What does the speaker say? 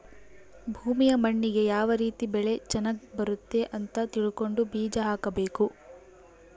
ಭೂಮಿಯ ಮಣ್ಣಿಗೆ ಯಾವ ರೀತಿ ಬೆಳೆ ಚನಗ್ ಬರುತ್ತೆ ಅಂತ ತಿಳ್ಕೊಂಡು ಬೀಜ ಹಾಕಬೇಕು